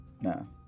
No